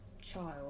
child